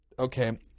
Okay